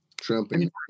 trumping